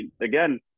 again